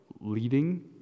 leading